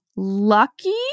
lucky